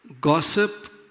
gossip